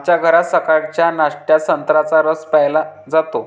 आमच्या घरात सकाळच्या नाश्त्यात संत्र्याचा रस प्यायला जातो